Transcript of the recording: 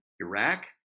Iraq